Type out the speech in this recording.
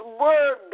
word